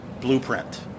blueprint